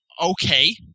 Okay